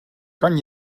kan